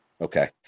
Okay